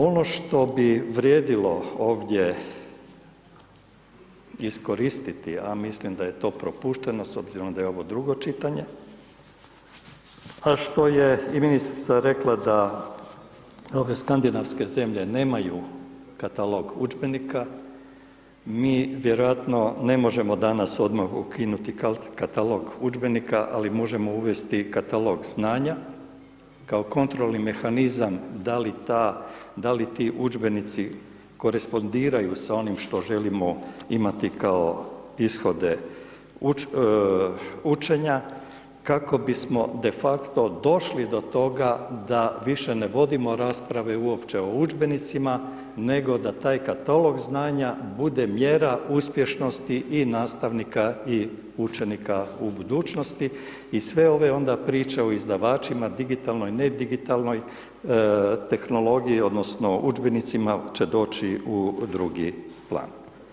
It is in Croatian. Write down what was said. Ono što bi vrijedilo ovdje iskoristiti, a mislim da je to propušteno s obzirom da je ovo drugo čitanje, a što je i ministrica rekla da ove skandinavske zemlje nemaju katalog udžbenika, mi vjerojatno ne možemo danas odmah ukinuti katalog udžbenika, ali možemo uvesti katalog znanja kao kontrolni mehanizam da li ti udžbenici korespondiraju s onim što želimo imati kao ishode učenja kako bismo de facto došli do toga da više ne vodimo rasprave uopće o udžbenicima, nego da taj katalog znanja bude mjera uspješnosti i nastavnika i učenika u budućnosti i sve ove onda priče o izdavačima, digitalnog, nedigitalnoj tehnologiji, odnosno udžbenicima će doći u drugi plan.